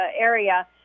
area